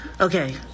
Okay